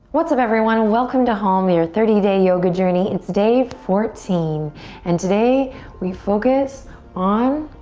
what's up, everyone? welcome to home, your thirty day yoga journey. it's day fourteen and today we focus on